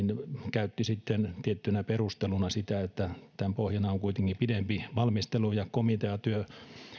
käytti sitten tiettynä perusteluna sitä että tämän pohjana on kuitenkin pidempi valmistelu ja komiteatyö